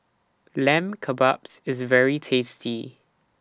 Lamb Kebabs IS very tasty